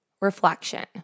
Reflection